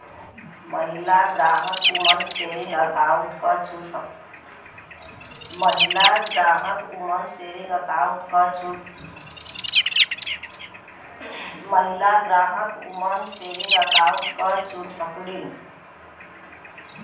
महिला ग्राहक woman saving account क चुन सकलीन